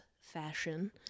fashion